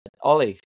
Ollie